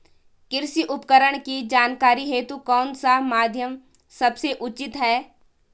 कृषि उपकरण की जानकारी हेतु कौन सा माध्यम सबसे उचित है?